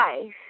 life